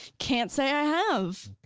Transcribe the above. can't say i have.